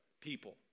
people